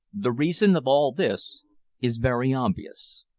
the reason of all this is very obvious.